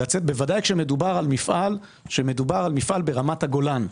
בוודאי כשמדובר על מפעל ברמת הגולן.